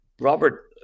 Robert